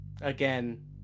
again